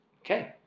Okay